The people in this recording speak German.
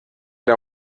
der